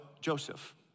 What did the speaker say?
Joseph